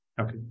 Okay